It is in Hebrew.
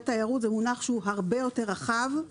תיירות שזה מונח שהוא הרבה יותר רחב,